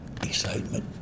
Excitement